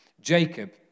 Jacob